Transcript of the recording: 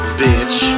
bitch